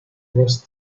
was